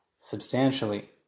substantially